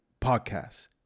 podcast